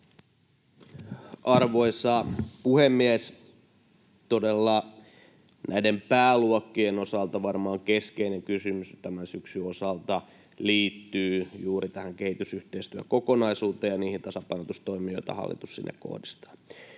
Arvoisa puhemies! Todella näiden pääluokkien osalta varmaan keskeinen kysymys tänä syksynä liittyy juuri tähän kehitysyhteistyökokonaisuuteen ja niihin tasapainotustoimiin, joita hallitus sinne kohdistaa.